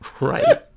Right